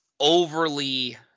Overly